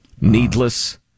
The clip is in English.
Needless